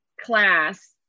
class